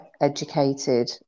educated